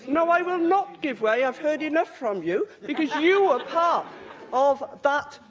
no, i will not give way. i've heard enough from you, because you were part of that